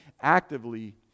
actively